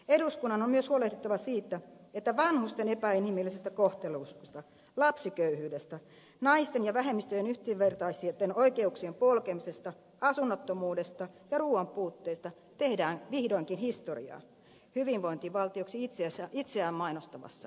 eduskunnan on myös huolehdittava siitä että vanhusten epäinhimillisestä kohtelusta lapsiköyhyydestä naisten ja vähemmistöjen yhdenvertaisten oikeuksien polkemisesta asunnottomuudesta ja ruuan puutteesta tehdään vihdoinkin historiaa hyvinvointivaltioksi itseään mainostavassa maassamme